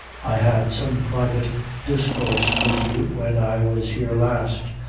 i had some private discoorse wid you when i was here last,